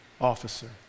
officer